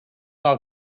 are